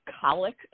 colic